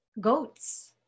Goats